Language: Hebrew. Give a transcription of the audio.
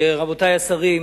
רבותי השרים,